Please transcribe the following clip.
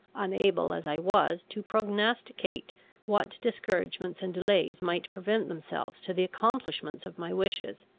unable as i was to prognosticate what discouragements and delays might present themselves to the accomplishment of my wishes,